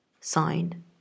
Signed